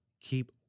keep